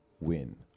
win